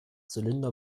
zylinder